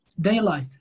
daylight